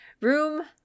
Room